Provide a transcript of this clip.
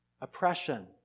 oppression